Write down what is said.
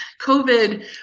COVID